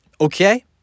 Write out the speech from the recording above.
Okay